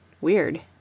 Weird